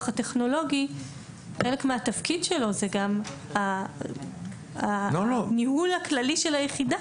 הטכנולוגי זה גם הניהול הכללי של היחידה,